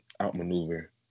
outmaneuver